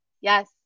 Yes